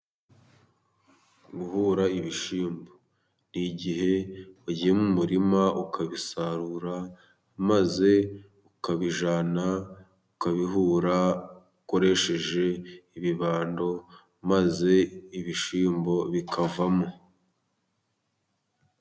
Guhura ibishyimbo ni igihe ugiye mu umurima ukabisarura, maze ukabijyana ukabihura ukoresheje ibibando, maze ibishyimbo bikavamo.